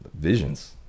visions